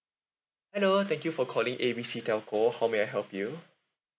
hello thank you for calling A B C telco how may I help you